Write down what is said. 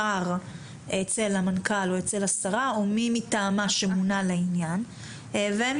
אצל המנכ"ל או אצל השרה או מי מטעמה שמונה לעניין והם